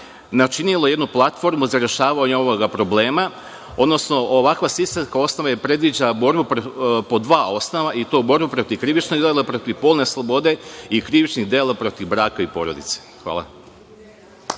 načinilo jednu platformu za rešavanje ovog problema, odnosno ovakva sistemska osnova predviđa borbu po dva osnova i to borbu protiv krivičnog dela, protiv polne slobode i krivičnih dela protiv braka i porodice. Hvala.